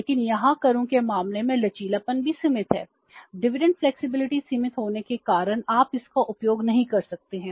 लेकिन यहाँ करों के मामले में लचीलापन भी सीमित है